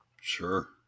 Sure